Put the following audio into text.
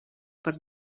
per